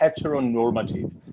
heteronormative